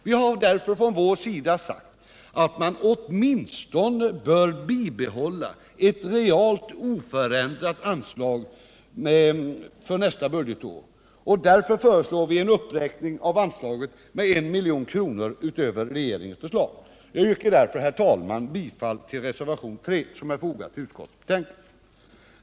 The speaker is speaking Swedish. Vi har mot denna bakgrund från vår sida sagt att man åtminstone bör bibehålla ett realt oförändrat anslag nästa budgetår, och vi föreslår en uppräkning av anslaget med 1 milj.kr. utöver regeringens förslag. Jag yrkar därför bifall till reservationen 3 vid utskottets betänkande.